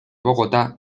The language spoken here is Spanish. bogotá